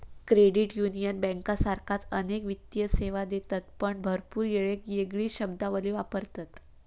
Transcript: credit union बँकांसारखाच अनेक वित्तीय सेवा देतत पण भरपूर येळेक येगळी शब्दावली वापरतत